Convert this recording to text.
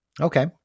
okay